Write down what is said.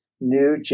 new